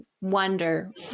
wonder